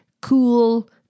Cool